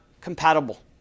compatible